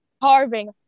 carving